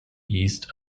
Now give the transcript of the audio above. east